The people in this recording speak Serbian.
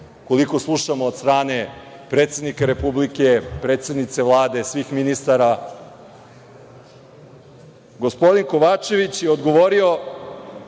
koliko slušamo od strane predsednika Republike, predsednice Vlade, svih ministara, gospodin Kovačević je odgovorio